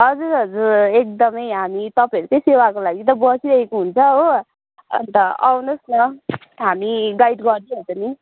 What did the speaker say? हजुर हजुर एकदम हामी तपाईँहरूकै सेवाको लागि त बसिरहेको हुन्छ हो अन्त आउनु होस् न हामी गाइड गरिदिइ हाल्छ नि